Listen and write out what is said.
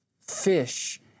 fish